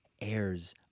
heirs